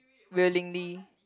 willingly